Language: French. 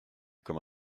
comme